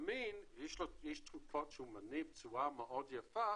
ימין יש תקופות שהוא מניב תשואה מאוד יפה,